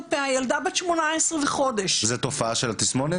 הילדה בת 18 וחודש --- זו תופעה של התסמונת?